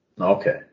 Okay